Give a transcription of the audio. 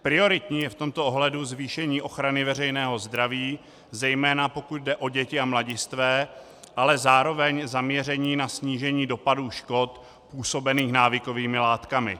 Prioritní je v tomto ohledu zvýšení ochrany veřejného zdraví, zejména pokud jde o děti a mladistvé, ale zároveň zaměření na snížení dopadů škod působených návykovými látkami.